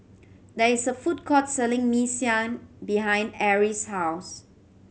there is a food court selling Mee Siam behind Arrie's house